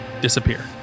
disappear